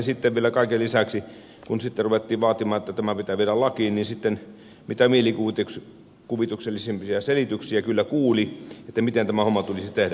sitten vielä kaiken lisäksi kun ruvettiin vaatimaan että tämä pitää viedä lakiin mitä mielikuvituksellisimpia selityksiä kyllä kuuli miten tämä homma tulisi tehdä